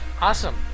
Awesome